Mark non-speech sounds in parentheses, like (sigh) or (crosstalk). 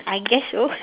I guess so (laughs)